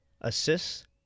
assists